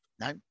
no